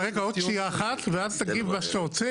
רגע, עוד שנייה אחת ואז תגיב מה שאתה רוצה.